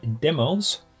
demos